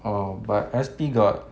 oh but S_P got